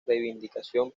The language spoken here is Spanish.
reivindicación